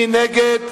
מי נגד,